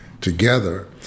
together